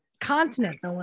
Continents